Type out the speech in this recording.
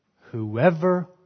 Whoever